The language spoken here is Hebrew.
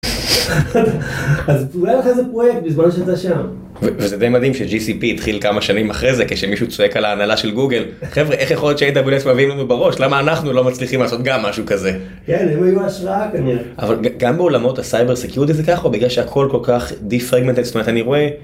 אז אולי תעשה איזה פרוייקט בזמן שאתה שם. זה די מדהים שג׳י סיפי התחיל כמה שנים אחרי זה כשמישהו צועק על ההנהלה של גוגל חבריה איך זה יכול להיות ש AWS כבר מביאים לנו בראש למה אנחנו לא מצליחים לעשות גם משהו כזה. כן הם היו בהשוואה תמיד. אבל גם בעולמות הסייבר סקיוריטי זה ככה או בגלל שהכל כל כך די פריגמנטי. זאת אומרת, אני רואה